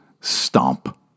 stomp